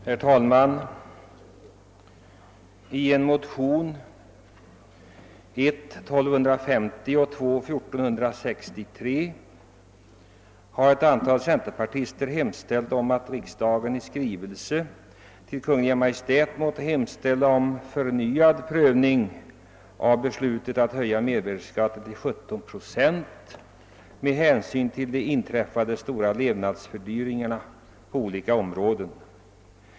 Herr talman! I motionsparet I: 1250 och II: 1463 har ett antal centerpartister hemställt om att riksdagen i skrivelse till Kungl. Maj:t måtte hemställa om förnyad prövning av beslutet att höja mervärdeskatten till 17 procent med hänsyn till de inträffade stora levnadsfördyringarna på olika områden.